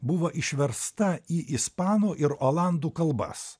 buvo išversta į ispanų ir olandų kalbas